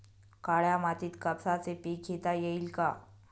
काळ्या मातीत कापसाचे पीक घेता येईल का?